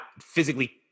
physically